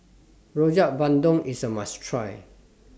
Rojak Bandung IS A must Try